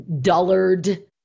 dullard